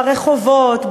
ברחובות,